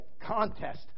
contest